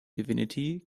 divinity